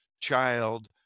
child